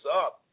up